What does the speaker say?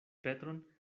petron